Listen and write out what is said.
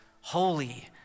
holy